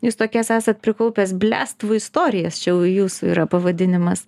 jus tokias esat prikaupęs bliadstvų istorijas čia jau jūsų yra pavadinimas